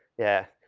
yeah.